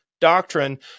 doctrine